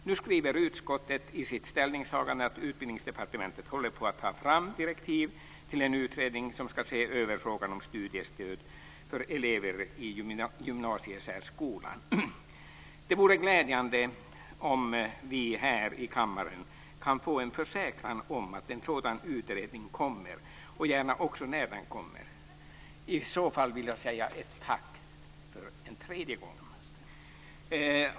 Nu skriver utskottet i sitt ställningstagande att Utbildningsdepartementet håller på att ta fram direktiv till en utredning som ska se över frågan om studiestöd för elever i gymnasiesärskolan. Det vore glädjande om vi här i kammaren kunde få en försäkran om att en sådan utredning kommer, gärna också ett besked om när den kommer. I så fall vill jag säga tack en tredje gång.